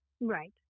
Right